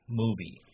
movie